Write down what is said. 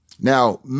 Now